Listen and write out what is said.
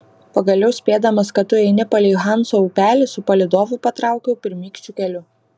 pagaliau spėdamas kad tu eini palei hanso upelį su palydovu patraukiau pirmykščiu keliu